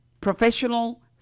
professional